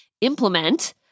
implement